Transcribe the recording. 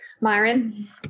myron